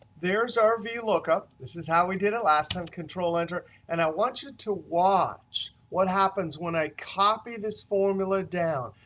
there's our vlookup, this is how we did it last time, control enter, and i want you to watch what happens when i copy this formula down.